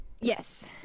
yes